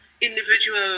individual